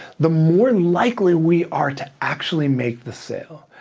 the more likely we are to actually make the sale.